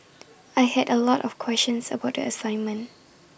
I had A lot of questions about the assignment